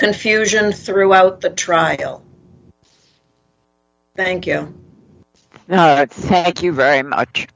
confusion throughout the trial thank you thank you very much